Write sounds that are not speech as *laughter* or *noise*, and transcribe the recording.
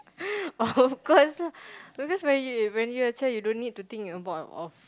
*laughs* of course lah because when you are you are you don't need to think about a off